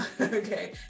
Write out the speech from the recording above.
okay